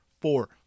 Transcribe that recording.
four